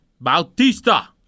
Bautista